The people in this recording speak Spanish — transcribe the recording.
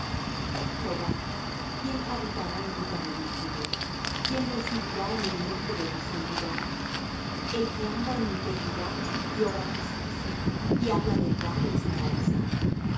jehova quién habitará en tu tabernáculo quién residirá en el monte de tu santidad el que anda en integridad y obra justicia y habla verdad en su corazón